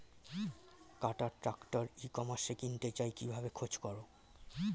কাটার tractor ই কমার্সে কিনতে চাই কিভাবে খোঁজ করো?